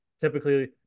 typically